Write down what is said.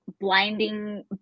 blinding